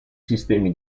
sistemi